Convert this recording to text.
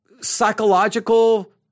psychological